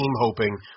hoping